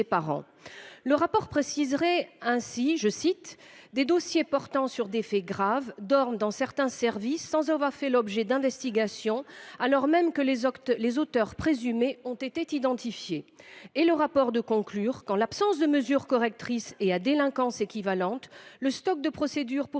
Le rapport préciserait que « des dossiers portant sur des faits graves dorment dans certains services sans avoir fait l’objet d’investigations alors même que les auteurs présumés ont été identifiés ».